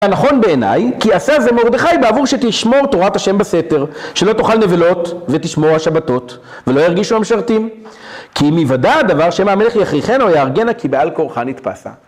נכון בעיניי כי עשה זה מרדכי בעבור זה שתשמור תורת השם בסתר, שלא תאכל נבלות ותשמור השבתות, ולא ירגישו המשרתים כי אם יוודע הדבר שמה המלך יכריכנה או יהרגנה כי בעל כורכה נתפסת